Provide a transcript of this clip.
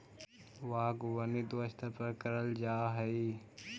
बागवानी दो स्तर पर करल जा हई